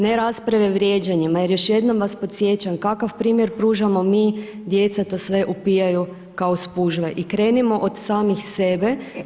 Ne rasprave vrijeđanjima jer još jednom vas podsjećam, kakav primjer pružamo mi, djeca to sve upijaju kao spužve i krenimo od samih sebe.